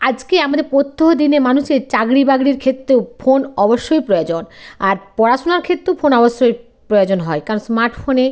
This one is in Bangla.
আজকে আমাদের প্রত্যহ দিনে মানুষের চাকরি বাকরির ক্ষেত্রেও ফোন অবশ্যই প্রয়োজন আর পড়াশুনার ক্ষেত্রেও ফোন অবশ্যই প্রয়োজন হয় কারণ স্মার্ট ফোনে